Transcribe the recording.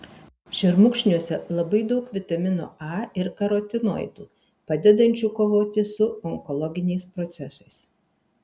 šermukšniuose labai daug vitamino a ir karotinoidų padedančių kovoti su onkologiniais procesais